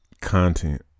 content